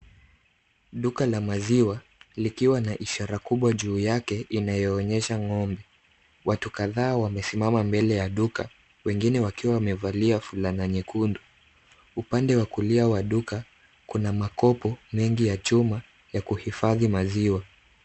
Duka la maziwa likiwa na ishara kubwa juu yake inayoonyesha ng'ombe. Watu kadhaa wamesimama mbele ya duka wengine wakiwa wamevalia fulana nyekundu. Upande wa kulia wa duka kuna makopo mengi ya chuma ya kuhifadhi maziwa.